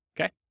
okay